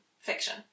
fiction